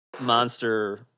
monster